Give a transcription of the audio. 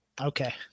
Okay